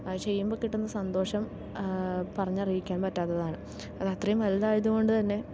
അത് ചെയ്യുമ്പോൾ കിട്ടുന്ന സന്തോഷം പറഞ്ഞറിയിക്കാൻ പറ്റാത്തതാണ് അതത്രയും വലുതായത് കൊണ്ടുതന്നെ